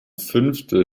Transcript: fünftel